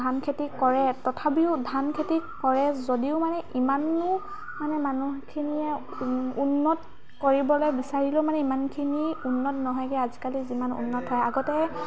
ধান খেতি কৰে তথাপিও ধান খেতি কৰে যদিও মানে ইমানো মানে মানুহখিনিয়ে উন্নত কৰিবলৈ বিচাৰিলেও মানে ইমানখিনি উন্নত নহয়গৈ আজিকালি যিমান উন্নত হয় আগতে